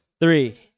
Three